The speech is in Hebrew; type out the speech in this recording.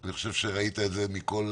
אני חושב שראית את זה מכל